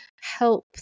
help